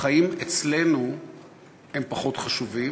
החיים אצלנו הם פחות חשובים,